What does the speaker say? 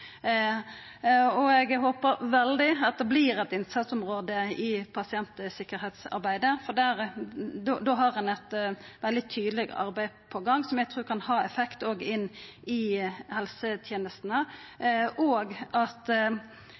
Og eg håpar sterkt at det vert eit innsatsområde i pasientsikkerheitsarbeidet, for då har ein eit veldig tydeleg arbeid på gang som eg trur kan ha effekt òg inn i helsetenestene, og at